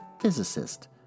physicist